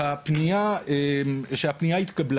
מענה שהפנייה התקבלה.